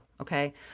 Okay